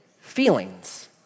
feelings